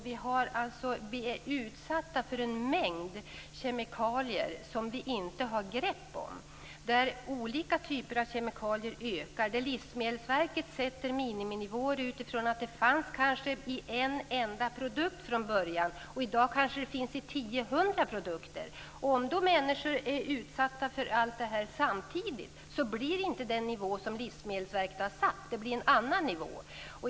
Vi är utsatta för en mängd kemikalier som vi inte har grepp om. Olika typer av kemikalier ökar. Livsmedelsverket sätter miniminivåer utifrån att ett ämne kanske fanns i en enda produkt från början. I dag finns det kanske i 10 eller 100 produkter. Om människor är utsatta för allt detta samtidigt, blir det inte den nivå som Livsmedelsverket har satt, utan en annan nivå.